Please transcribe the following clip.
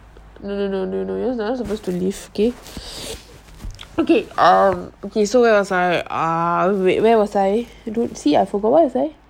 no no no no no you're not suppose to leave okay okay um okay so where was I err wait where was I see I forgot where was I